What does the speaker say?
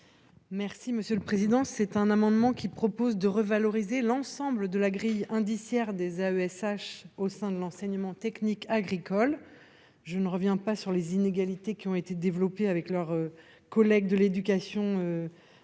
Merci monsieur le Président, c'est un amendement qui propose de revaloriser l'ensemble de la grille indiciaire des AESH au sein de l'enseignement technique agricole je ne reviens pas sur les inégalités qui ont été développés avec leurs collègues de l'éducation nationale,